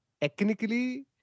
technically